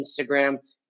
Instagram